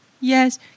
Yes